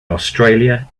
australia